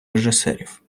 режисерів